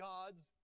God's